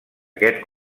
aquest